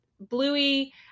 bluey